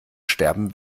sterben